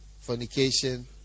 fornication